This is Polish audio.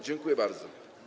Dziękuję bardzo.